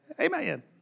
Amen